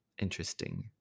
interesting